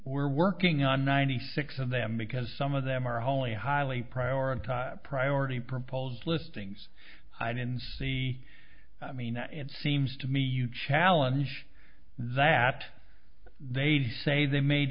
we're working on ninety six of them because some of them are wholly highly prioritize priority proposed listings i didn't see mean it seems to me you challenge that they'd say they made